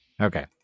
Okay